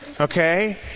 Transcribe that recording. Okay